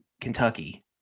Kentucky –